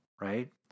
right